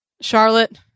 Charlotte